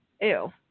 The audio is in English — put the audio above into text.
ew